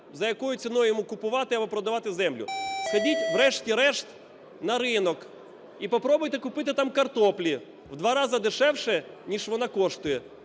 за якою ціною йому купувати або продавати землю. Сходіть, врешті-решт, на ринок і попробуйте купити там картоплі в два рази дешевше, ніж вона коштує.